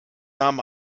nahm